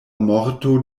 morto